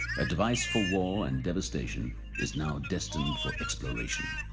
a device for war and devastation is now destined for exploration.